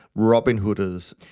Robinhooders